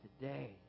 today